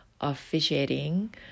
officiating